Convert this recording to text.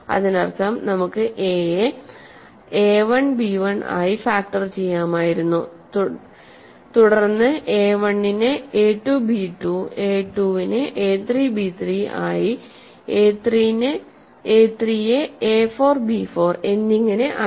അതിനർത്ഥം നമുക്ക് a യെ എ 1 b1 ആയി ഫാക്റ്റർ ചെയ്യാമായിരുന്നു തുടർന്ന് a1 നെ എ 2 b 2 a 2 നെ എ 3 b 3 ആയി എ 3 യെ എ 4 b 4 എന്നിങ്ങനെ ആക്കി